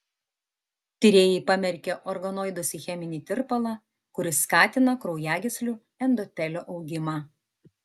tyrėjai pamerkė organoidus į cheminį tirpalą kuris skatina kraujagyslių endotelio augimą